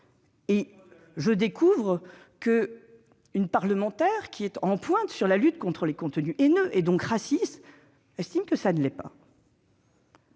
Or je découvre qu'une parlementaire qui est en pointe en matière de lutte contre les contenus haineux, et donc racistes, estime que tel n'est pas